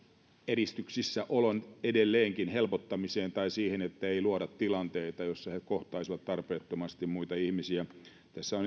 eristyksissä olon edelleenkin helpottaminen tai se että ei luoda tilanteita joissa he kohtaisivat tarpeettomasti muita ihmisiä tässä on